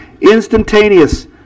instantaneous